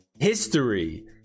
history